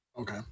Okay